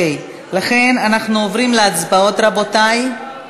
לכן אנחנו עוברים להצבעות, רבותי.